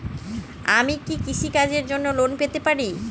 আমি কি কৃষি কাজের জন্য লোন পেতে পারি?